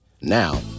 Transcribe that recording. Now